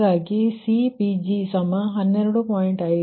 ಹಾಗಾಗಿ CPg12